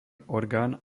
orgán